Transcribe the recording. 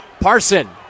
Parson